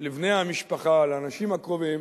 לבני המשפחה, לאנשים הקרובים.